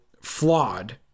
flawed